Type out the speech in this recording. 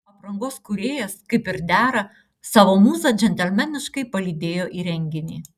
aprangos kūrėjas kaip ir dera savo mūzą džentelmeniškai palydėjo į renginį